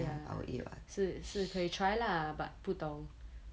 ya 是可以 try lah but 不懂